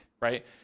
right